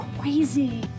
crazy